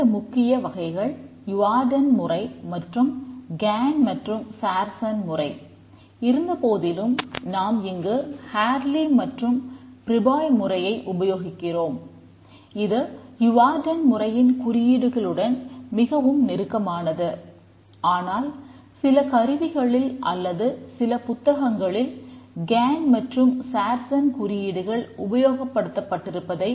இரண்டு முக்கிய வகைகள் யுவர்டன் குறியீடுகள் உபயோகப்படுத்தப்பட்டு இருப்பதை உங்களால் பார்க்க முடியும்